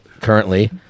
Currently